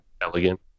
Elegant